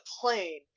plane